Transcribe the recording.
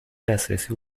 دسترسی